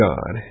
God